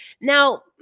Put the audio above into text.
Now